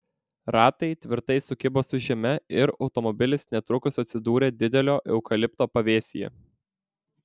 ratai tvirtai sukibo su žeme ir automobilis netrukus atsidūrė didelio eukalipto pavėsyje